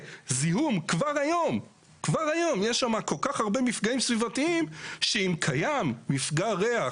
כבר היום יש שם כל כך הרבה מפגעים סביבתיים שאם קיים מפגע ריח